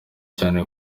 cyane